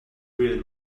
really